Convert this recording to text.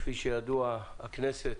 כפי שידוע, הכנסת